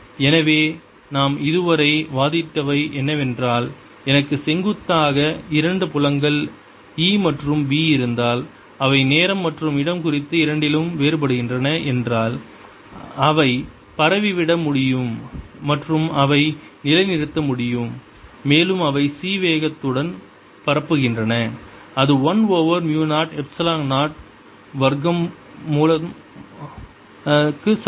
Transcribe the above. எனவே நாம் இதுவரை வாதிட்டவை என்னவென்றால் எனக்கு செங்குத்தாக இரண்டு புலங்கள் E மற்றும் B இருந்தால் அவை நேரம் மற்றும் இடம் குறித்து இரண்டிலும் வேறுபடுகின்றன என்றால் அவை பரவி விட முடியும் மற்றும் அவை நிலைநிறுத்த முடியும் மேலும் அவை c வேகத்துடன் பரப்புகின்றன அது 1 ஓவர் மு 0 எப்சிலான் 0 வர்க்கமூலம் க்கு சமம்